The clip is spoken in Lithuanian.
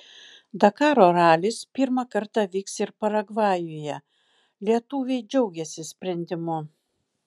dakaro ralis pirmą kartą vyks ir paragvajuje lietuviai džiaugiasi sprendimu